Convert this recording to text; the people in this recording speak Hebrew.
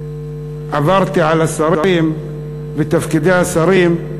עברתי על השרים ותפקידי השרים,